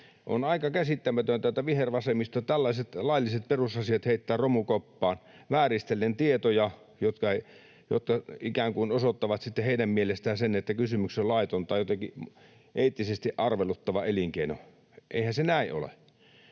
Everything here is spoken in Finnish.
On aika käsittämätöntä, että vihervasemmisto tällaiset lailliset perusasiat heittää romukoppaan vääristellen tietoja, jotka ikään kuin osoittavat sitten heidän mielestään sen, että kysymyksessä on laiton tai jotenkin eettisesti arveluttava elinkeino. Eihän se näin ole.